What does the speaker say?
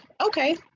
okay